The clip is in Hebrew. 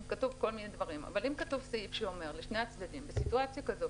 אבל אם כתוב סעיף שאומר לשני הצדדים בסיטואציה כזו,